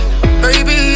Baby